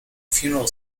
funeral